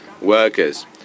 workers